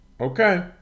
Okay